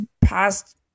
past